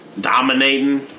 dominating